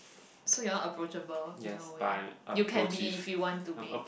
so you're not approachable in a way you can be if you want to be